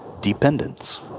dependence